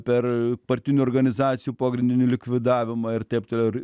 per partinių organizacijų pogrindinių likvidavimą ir taip toliau ir